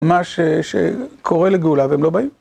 מה ש...ש... קורא לגאולה והם לא באים.